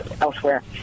elsewhere